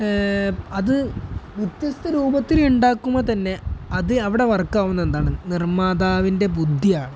അത് വ്യത്യസ്ത രൂപത്തിൽ ഉണ്ടാക്കുമ്പോൾ തന്നെ അത് അവിടെ വർക്കാവുന്നത് എന്താണ് നിർമ്മാതാവിൻ്റെ ബുദ്ധിയാണ്